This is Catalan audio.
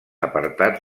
apartats